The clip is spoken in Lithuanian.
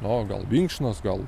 nu o gal vinkšnos gal